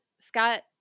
Scott